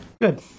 Good